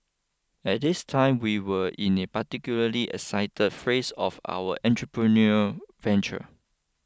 at this time we were in a particularly exciting phase of our entrepreneurial venture